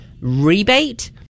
rebate